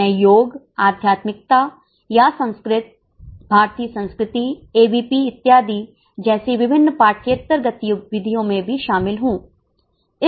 मैं योग आध्यात्मिकता या संस्कृत भारतीय संस्कृति एबीवीपी इत्यादि जैसी विभिन्न पाठ्येतर गतिविधियों में भी शामिल हूं